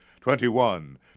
Twenty-one